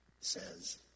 says